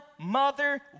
mother